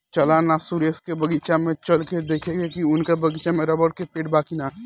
चल ना सुरेंद्र के बगीचा में चल के देखेके की उनका बगीचा में रबड़ के पेड़ बा की ना